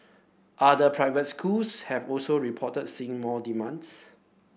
other private schools have also reported seeing more demands